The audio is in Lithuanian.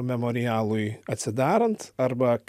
memorialui atsidarant arba